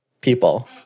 people